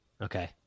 Okay